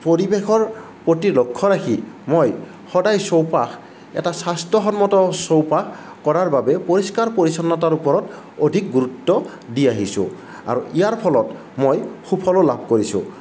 পৰিৱেশৰ প্ৰতি লক্ষ্য় ৰাখি মই সদায় চৌপাশ এটা স্বাস্থ্য়সন্মত চৌপাশ কৰাৰ বাবে পৰিষ্কাৰ পৰিচ্ছন্নতাৰ ওপৰত অধিক গুৰুত্ব দি আহিছোঁ আৰু ইয়াৰ ফলত মই সুফলো লাভ কৰিছোঁ